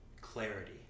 clarity